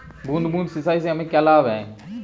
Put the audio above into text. बूंद बूंद सिंचाई से हमें क्या लाभ है?